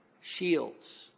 shields